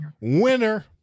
Winner